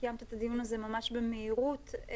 שקיימת את הדיון הזה במהירות ממש,